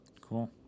cool